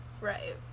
Right